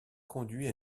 conduit